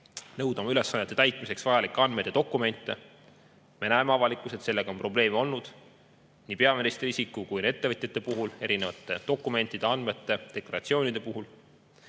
nõuda oma ülesannete täitmiseks vajalikke andmeid ja dokumente. Me näeme avalikkuses, et sellega on probleeme olnud nii peaministri isiku kui ka ettevõtjate puhul, erinevate dokumentide, andmete, deklaratsioonide puhul.